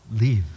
live